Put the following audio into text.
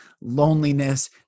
loneliness